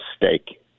mistake